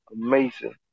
amazing